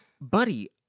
Buddy